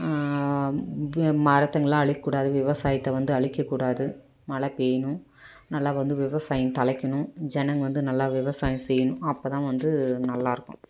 மரத்துங்கள அழிக்க கூடாது விவசாயத்தை வந்து அழிக்க கூடாது மழை பெய்யணும் நல்லா வந்து விவசாயம் தழைக்கணும் ஜனங்கள் வந்து நல்லா விவசாயம் செய்யணும் அப்போ தான் வந்து நல்லா இருக்கும்